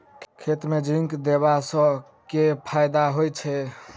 खेत मे जिंक देबा सँ केँ फायदा होइ छैय?